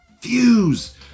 Fuse